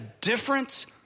difference